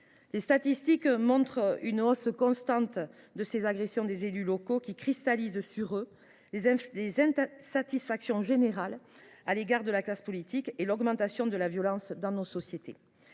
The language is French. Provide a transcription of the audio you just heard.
Les statistiques montrent une hausse constante des agressions contre les élus locaux, lesquels cristallisent sur leur personne les insatisfactions générales à l’égard de la classe politique et l’augmentation de la violence dans nos sociétés.